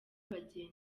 abagenzi